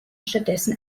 stattdessen